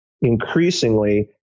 increasingly